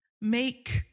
make